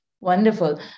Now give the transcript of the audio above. Wonderful